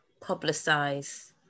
publicize